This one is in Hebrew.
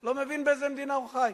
לא מבין באיזה מדינה הוא חי.